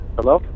Hello